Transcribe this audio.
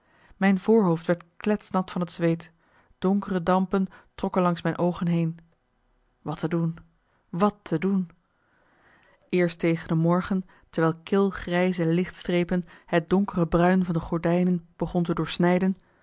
mijn voorhoofd werd kletsnat van het zweeten donkere dampen trokken langs mijn oogen heen wat te doen wat te doen eerst tegen de morgen terwijl kil grijze lichtstrepen het donkere bruin van de gordijnen begonnen te doorsnijden